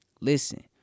Listen